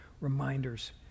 reminders